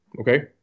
Okay